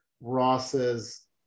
Ross's